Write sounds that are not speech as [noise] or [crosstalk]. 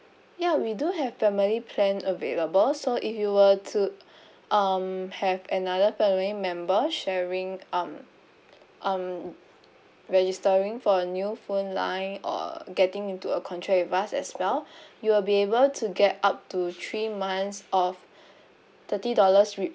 ya we do have family plan available so if you were to [breath] um have another family member sharing um um registering for a new phone line or getting into a contract with us as well [breath] you'll be able to get up to three months of thirty dollars with